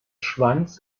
schwanz